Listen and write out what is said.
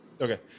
Okay